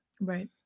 right